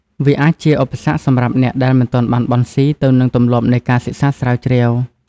វាអាចជាឧបសគ្គសម្រាប់អ្នកដែលមិនទាន់បានបន្ស៊ីទៅនឹងទម្លាប់នៃការសិក្សាស្រាវជ្រាវ។